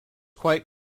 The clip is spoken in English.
quite